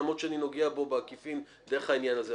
למרות שאני נוגע בו בעקיפין דרך העניין הזה.